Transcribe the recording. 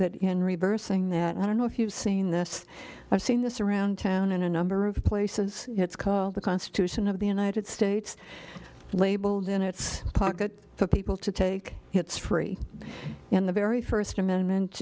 that in reversing that i don't know if you've seen this i've seen this around town in a number of places it's called the constitution of the united states labeled in its pocket for people to take hits free and the very first amendment